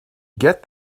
get